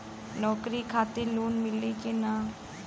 नौकरी खातिर लोन मिली की ना?